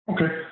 Okay